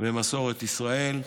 ומסורת ישראל.